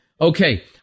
Okay